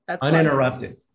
uninterrupted